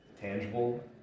tangible